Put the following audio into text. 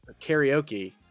karaoke